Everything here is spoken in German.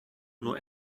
nur